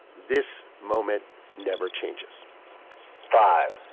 this moment never changes five,